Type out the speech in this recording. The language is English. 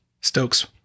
Stokes